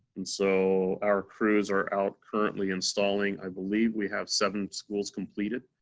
and so our crews are out currently installing. i believe we have seven schools completed.